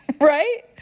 right